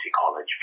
college